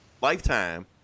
lifetime